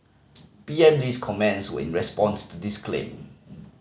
P M Lee's comments were in response to this claim